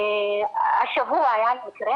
השבוע היה מקרה,